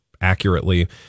accurately